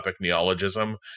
neologism